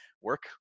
work